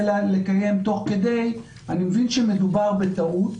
לקיים תוך כדי אני מבין שמדובר בטעות,